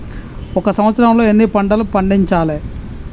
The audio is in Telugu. ఒక సంవత్సరంలో ఎన్ని పంటలు పండించాలే?